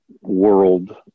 world